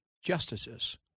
justices